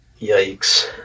Yikes